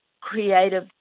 creative